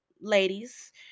ladies